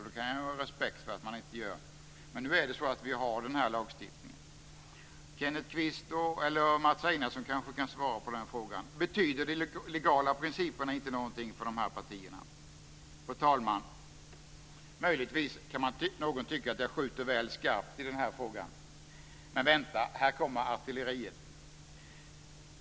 Det kan jag ha respekt för att man inte gör. Men nu är det så att vi har den här lagstiftningen. Kenneth Kvist eller Mats Einarsson kanske kan svara på den frågan. Betyder de legala principerna inte någonting för dessa partier? Fru talman! Möjligtvis kan någon tycka att jag skjuter väl skarpt i den här frågan. Men vänta - här kommer artilleriet.